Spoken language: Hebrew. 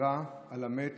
גזרה על המת